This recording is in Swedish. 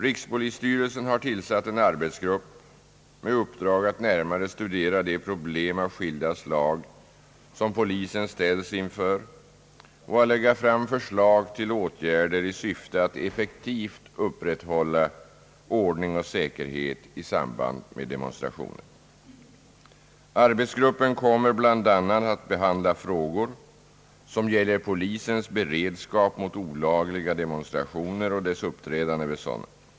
Rikspolisstyrelsen har tillsatt en arbetsgrupp med uppdrag att närmare studera de problem av skilda slag som polisen ställs inför och att lägga fram förslag till åtgärder i syfte att effektivt upprätthålla ordning och säkerhet i samband med demonstrationer. Arbetsgruppen kommer bl.a. att behandla frågor som gäller polisens beredskap mot olagliga demonstrationer och dess uppträdande vid sådana.